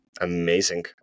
Amazing